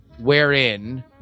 wherein